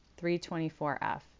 324f